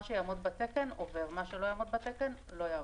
מה שיעמוד בתקן עובר, מה שלא יעמוד בתקן לא יעבור,